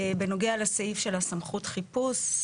בנוגע לסעיף של סמכות חיפוש,